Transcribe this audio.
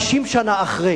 50 שנה אחרי,